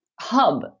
hub